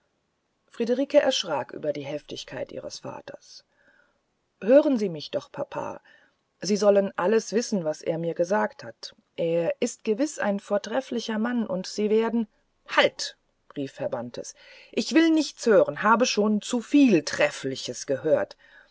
friederike erschrak über die heftigkeit ihres vaters hören sie mich doch papa sie sollen alles wissen was er mir gesagt hat er ist gewiß ein vortrefflicher mann und sie werden halt rief herr bantes ich will nichts hören habe schon zuviel treffliches gehört